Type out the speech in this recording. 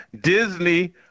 Disney